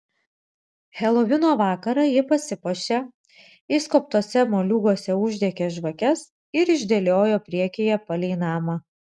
helovino vakarą ji pasipuošė išskobtuose moliūguose uždegė žvakes ir išdėliojo priekyje palei namą